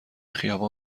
خیابان